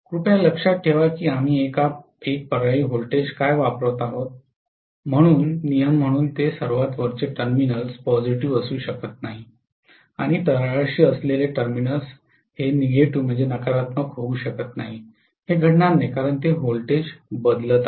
कृपया लक्षात ठेवा आम्ही एक पर्यायी व्होल्टेज काय वापरत आहोत म्हणून नियम म्हणून मी सर्वात वरचे टर्मिनल पॉझिटिव्ह असू शकत नाही आणि तळाशी टर्मिनल नकारात्मक होऊ शकत नाही हे घडणार नाही कारण ते व्होल्टेज बदलत आहे